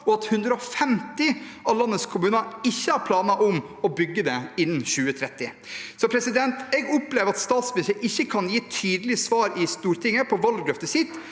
og at 150 av landets kommuner ikke har planer om å bygge det innen 2030. Jeg opplever at statsministeren ikke kan gi tydelige svar i Stortinget på om valgløftet hans